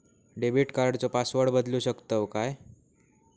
Debit कार्डचो password बदलु शकतव काय?